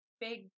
big